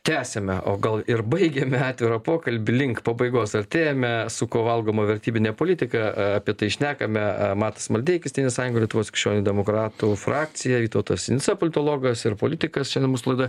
tęsiame o gal ir baigiame atvirą pokalbį link pabaigos artėjame su kuo valgoma vertybinė politika apie tai šnekame matas maldeikis tėvynės sąjunga lietuvos krikščionių demokratų frakcija vytautas sinica politologas ir politikas šiandien mūsų laidoje